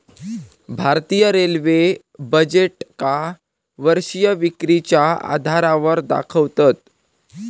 भारतीय रेल्वे बजेटका वर्षीय विक्रीच्या आधारावर दाखवतत